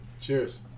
Cheers